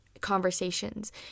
conversations